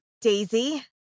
Daisy